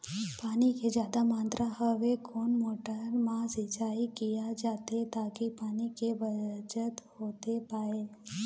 पानी के जादा मात्रा हवे कोन मोटर मा सिचाई किया जाथे ताकि पानी के बचत होथे पाए?